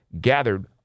gathered